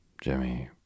Jimmy